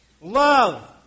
Love